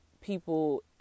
people